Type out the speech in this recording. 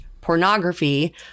pornography